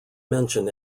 mention